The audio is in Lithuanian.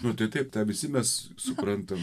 nu tai taip tą visi mes suprantam